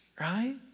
right